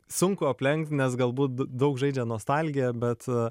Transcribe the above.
sunku aplenkt nes galbūt daug žaidžia nostalgiją bet